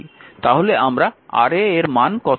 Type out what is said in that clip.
তাহলে আমরা Ra এর মান কত নেব